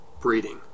breeding